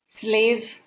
Slave